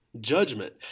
judgment